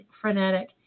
frenetic